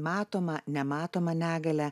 matomą nematomą negalią